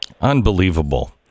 Unbelievable